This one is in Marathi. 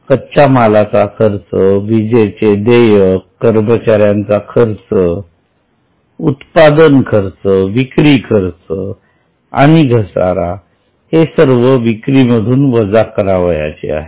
कच्च्या मालाचा खर्च विजेचे देयक कर्मचाऱ्यांचा खर्च उत्पादन खर्च विक्री खर्च आणि घसारा हे सर्व विक्री मधून वजा करावयाचे आहेत